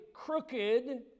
crooked